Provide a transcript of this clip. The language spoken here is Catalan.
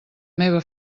meva